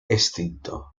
extinto